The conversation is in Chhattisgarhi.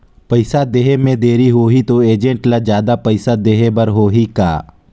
पइसा देहे मे देरी होही तो एजेंट ला जादा पइसा देही बर होही का?